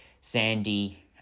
Sandy